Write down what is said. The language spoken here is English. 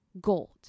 gold